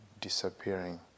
disappearing